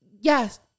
Yes